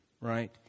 right